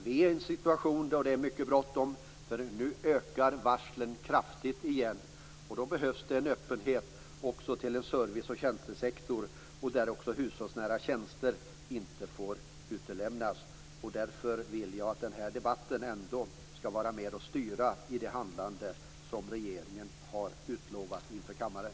Vi är i en situation där det är mycket bråttom. Nu ökar igen antalet varsel kraftigt. Då behövs det en öppenhet inför en service och tjänstesektor, där hushållsnära tjänster inte får utelämnas. Jag vill att den här debatten skall vara med och styra det handlande som regeringen har utlovat inför kammaren.